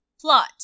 plot